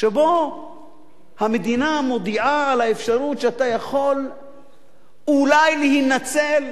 שבו המדינה מודיעה על האפשרות שאתה יכול אולי להינצל?